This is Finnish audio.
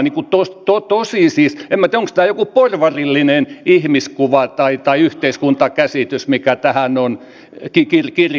en minä tiedä onko tämä joku porvarillinen ihmiskuva tai yhteiskuntakäsitys mikä tähän on kirjoitettu